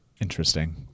Interesting